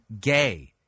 gay